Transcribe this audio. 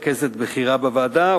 רכזת בכירה בוועדה,